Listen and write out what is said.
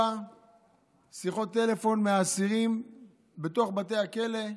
שיחות טלפון מהאסירים בתוך בתי הכלא,